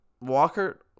Walker